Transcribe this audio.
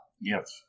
Yes